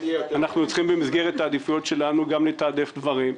אנחנו צריכים במסגרת העדיפויות שלנו לתעדף דברים.